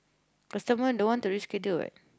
but someone don't want to reach what